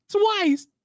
twice